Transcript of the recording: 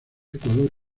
ecuador